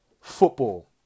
football